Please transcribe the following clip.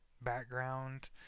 background